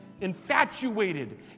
infatuated